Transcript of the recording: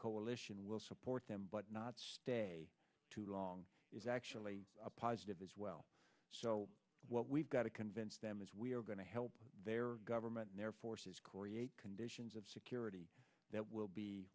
coalition will support them but not stay too long is actually a positive as well so what we've got to convince them is we are going to help their government and their forces korea conditions of security that will be